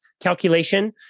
Calculation